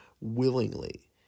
willingly